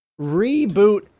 reboot